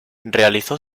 realizó